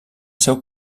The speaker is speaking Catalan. seu